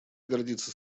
гордится